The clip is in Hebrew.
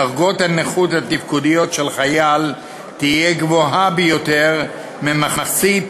דרגת הנכות התפקודית של חייל תהיה גבוהה ביותר ממחצית